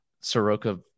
Soroka